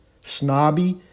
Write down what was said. snobby